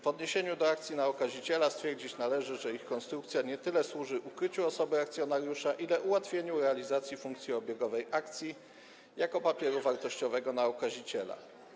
W odniesieniu do akcji na okaziciela stwierdzić należy, że ich konstrukcja nie tyle służy ukryciu osoby akcjonariusza, ile ułatwieniu realizacji funkcji obiegowej akcji jako papieru wartościowego na okaziciela.